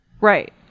right